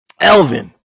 Elvin